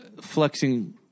flexing